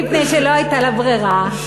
מפני שלא הייתה לה ברירה,